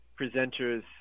presenters